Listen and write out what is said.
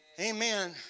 Amen